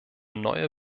neue